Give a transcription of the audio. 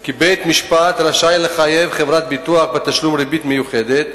כי בית-משפט רשאי לחייב חברת ביטוח בתשלום ריבית מיוחדת,